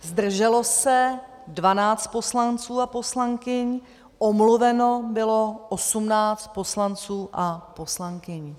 Zdrželo se 12 poslanců a poslankyň, omluveno bylo 18 poslanců a poslankyň.